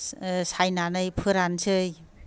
सा सायनानै फोरानसै